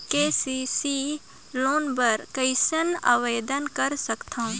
KCC loan बर कइसे आवेदन कर सकथव?